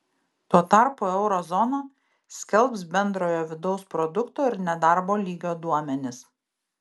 tuo tarpu euro zona skelbs bendrojo vidaus produkto ir nedarbo lygio duomenis